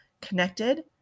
connected